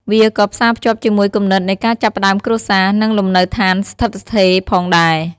វាក៏ផ្សាភ្ជាប់ជាមួយគំនិតនៃការចាប់ផ្ដើមគ្រួសារ និងលំនៅស្ថានស្ថិតស្ថេរផងដែរ។